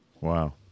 Wow